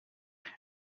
and